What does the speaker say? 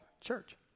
Church